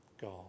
God